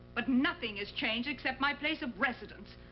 but nothing has changed except my place of residence,